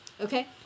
okay